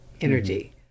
energy